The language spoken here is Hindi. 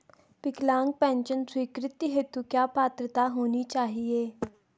विकलांग पेंशन स्वीकृति हेतु क्या पात्रता होनी चाहिये?